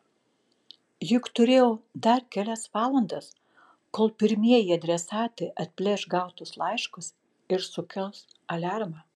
juk turėjau dar kelias valandas kol pirmieji adresatai atplėš gautus laiškus ir sukels aliarmą